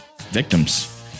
victims